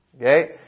Okay